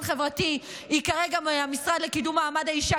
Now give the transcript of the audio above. חברתי ייקרא גם המשרד לקידום מעמד האישה,